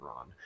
on